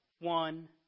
one